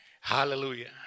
Hallelujah